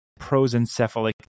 prosencephalic